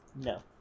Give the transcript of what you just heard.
no